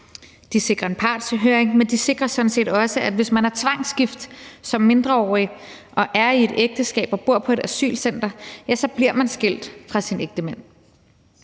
De sikrer en partshøring. Men de sikrer sådan set også, at hvis man er tvangsgift som mindreårig, er i et ægteskab og bor på et asylcenter, ja, så bliver man skilt fra sin ægtemand.